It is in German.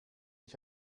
ich